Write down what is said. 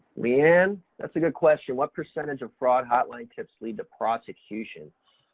leigh ann, that's a good question. what percentage of fraud hotline tips lead to prosecution?